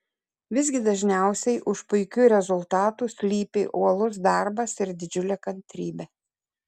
visgi dažniausiai už puikių rezultatų slypi uolus darbas ir didžiulė kantrybė